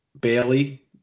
Bailey